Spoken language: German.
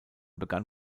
begann